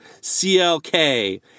CLK